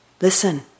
Listen